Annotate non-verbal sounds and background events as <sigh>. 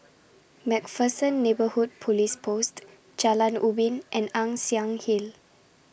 <noise> MacPherson Neighbourhood Police Post Jalan Ubin and Ann Siang Hill